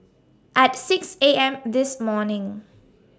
At six A M This morning